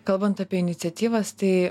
kalbant apie iniciatyvas tai